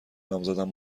نامزدم